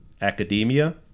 academia